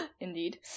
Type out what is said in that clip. indeed